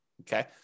Okay